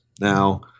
Now